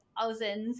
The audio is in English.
thousands